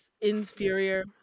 inferior